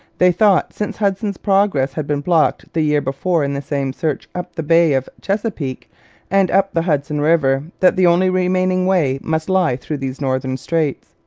they thought, since hudson's progress had been blocked the year before in the same search up the bay of chesapeake and up the hudson river, that the only remaining way must lie through these northern straits.